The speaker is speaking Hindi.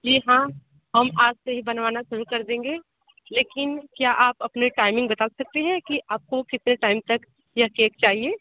जी हाँ हम आज से ही बनवाना शुरू कर देंगे लेकिन क्या आप अपनी टाइमिंग बता सकते हैं कि आपको कितने टाइम तक यह केक चाहिए